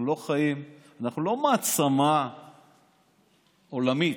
אנחנו לא מעצמה עולמית.